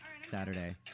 Saturday